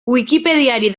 wikipediari